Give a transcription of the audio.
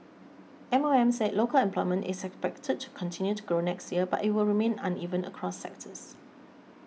M O M said local employment is expected to continue to grow next year but it will remain uneven across sectors